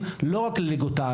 לא רק תחרותי והישגי,